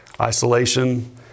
isolation